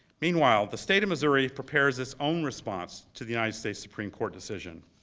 meanwhile, the state of missouri prepares its own response to the united states supreme court decision.